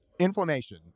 Inflammation